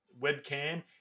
webcam